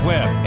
Web